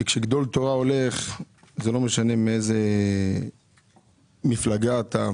כי כשגדול תורה הולך זה לא משנה מאיזה מפלגה אתה,